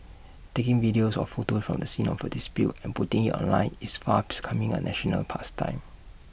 taking videos or photos from the scene of A dispute and putting IT online is far coming A national pastime